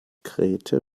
grete